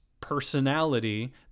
personality